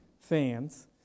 fans